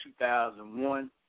2001